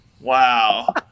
wow